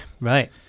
right